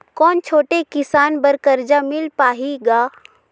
कौन छोटे किसान बर कर्जा मिल पाही ग?